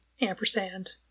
ampersand